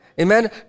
Amen